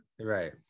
Right